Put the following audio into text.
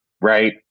right